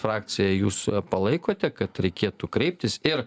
frakcija jūs palaikote kad reikėtų kreiptis ir